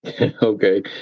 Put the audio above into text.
Okay